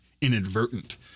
inadvertent